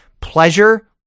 pleasure